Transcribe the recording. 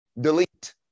delete